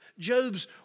Job's